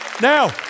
Now